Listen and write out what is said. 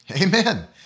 Amen